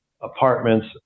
apartments